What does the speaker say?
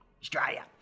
Australia